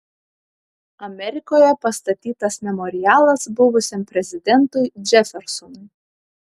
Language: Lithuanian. amerikoje pastatytas memorialas buvusiam prezidentui džefersonui